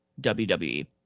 WWE